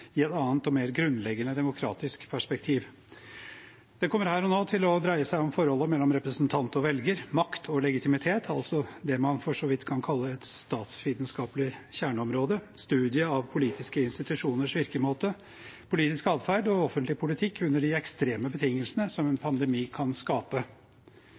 i et annet og mer grunnleggende demokratisk perspektiv. Det kommer her og nå til å dreie seg om forholdet mellom representant og velger, makt og legitimitet, altså det man for så vidt kan kalle et statsvitenskapelig kjerneområde – studiet av politiske institusjoners virkemåte, politisk atferd og offentlig politikk under de ekstreme betingelsene som en pandemi kan skape.